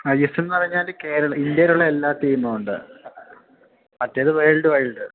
I S L എന്നു പറഞ്ഞാൽ കേരള ഇന്ത്യലുള്ള എല്ലാ ടീമും ഉണ്ട് മറ്റേത് വേൾഡ് വൈഡ്